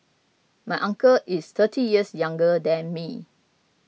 my uncle is thirty years younger than me